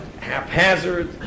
haphazard